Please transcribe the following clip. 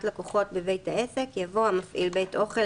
לקוחות בבית העסק" יבוא "המפעיל בית אוכל,